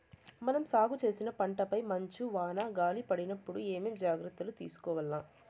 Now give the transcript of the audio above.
మనం సాగు చేసిన పంటపై మంచు, వాన, గాలి పడినప్పుడు ఏమేం జాగ్రత్తలు తీసుకోవల్ల?